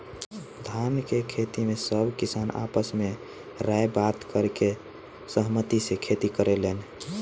धान के खेती में सब किसान आपस में राय बात करके सहमती से खेती करेलेन